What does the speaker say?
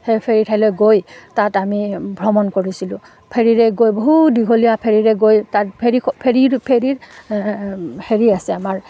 সেই ফেৰি ঠাইলৈ গৈ তাত আমি ভ্ৰমণ কৰিছিলোঁ ফেৰিৰে গৈ বহু দীঘলীয়া ফেৰিৰে গৈ তাত ফেৰি ফেৰি ফেৰিৰ হেৰি আছে আমাৰ